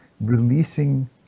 releasing